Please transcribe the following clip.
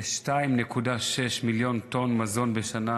כ-2.6 מיליון טונות מזון בשנה,